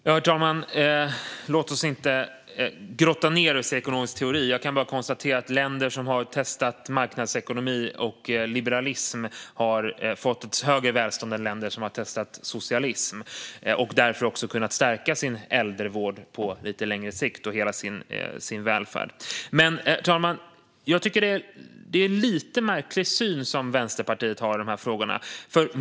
Herr talman! Låt oss inte grotta ned oss i ekonomisk teori. Jag kan bara konstatera att länder som har testat marknadsekonomi och liberalism har fått ett högre välstånd än länder som har testat socialism och därför också kunnat stärka sin äldrevård och hela sin välfärd på lite längre sikt. Herr talman! Jag tycker att Vänsterpartiet har en lite märklig syn i dessa frågor.